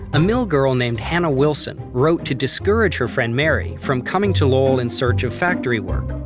a mill girl named hannah wilson wrote to discourage her friend mary from coming to lowell in search of factory work.